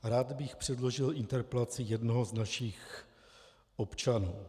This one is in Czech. Rád bych předložil interpelaci jednoho z našich občanů.